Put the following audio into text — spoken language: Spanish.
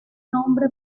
nombre